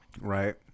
right